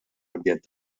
ambjent